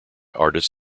artist